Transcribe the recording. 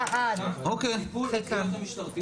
הטיפול במסגרת המשטרתית